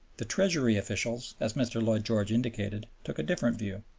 the treasury officials, as mr. lloyd george indicated, took a different view.